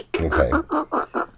Okay